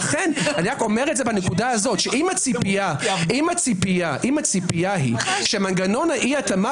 לכן אם הציפייה היא שמנגנון האי התאמה